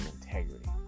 integrity